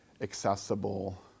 accessible